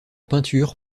peinture